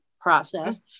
process